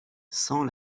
sans